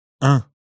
Un